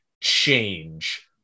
change